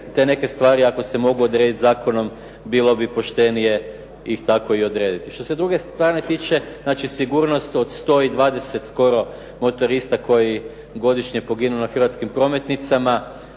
te neke stvari ako se mogu odrediti zakonom bilo bi poštenije ih tako i odrediti. Što se druge strane tiče, znači sigurnost od 120 skoro motorista koji godišnje poginu na hrvatskim prometnicama,